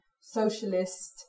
socialist